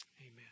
Amen